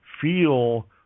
feel